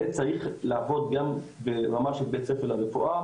זה צריך לעבוד גם ברמה של בית ספר לרפואה,